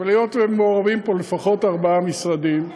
אבל היות שמעורבים פה לפחות ארבעה משרדים,